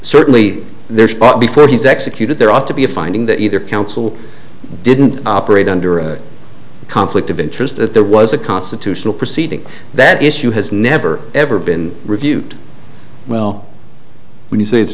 certainly there's but before he's executed there ought to be a finding that either council didn't operate under conflict of interest that there was a constitutional proceeding that issue has never ever been reviewed well when you say it's